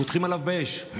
פותחים עליו באש.